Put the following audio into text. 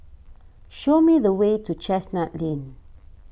show me the way to Chestnut Lane